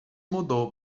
mudou